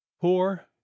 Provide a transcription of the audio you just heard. poor